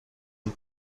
and